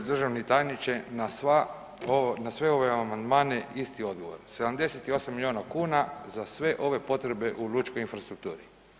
g. Državni tajniče, na sva, na sve ove amandmane isti odgovor, 78 milijuna kuna za sve ove potrebe u lučkoj infrastrukturi.